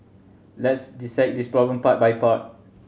let's dissect this problem part by part